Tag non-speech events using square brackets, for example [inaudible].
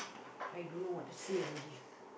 [breath] I don't know what to say already